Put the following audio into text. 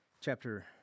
chapter